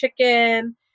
chicken